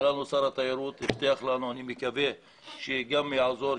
היה אצלנו שר התיירות והבטיח לנו ואני מקווה שגם יעזור.